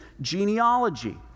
genealogy